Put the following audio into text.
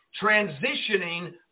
transitioning